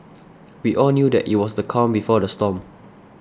we all knew that it was the calm before the storm